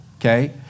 okay